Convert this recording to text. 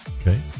Okay